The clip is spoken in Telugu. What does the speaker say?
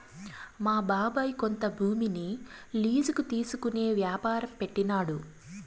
మా బాబాయ్ కొంత భూమిని లీజుకి తీసుకునే యాపారం పెట్టినాడు